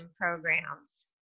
programs